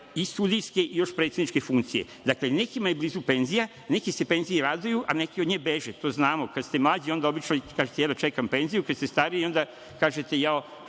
i sudijske i još predsedničke funkcije. Dakle, nekima je blizu penzija, neki se penziji raduju, a neki od nje beže, to znamo. Kada ste mlađi, onda obično kažete – jedva čekam penziju, a kada ste stariji, onda kažete – jao,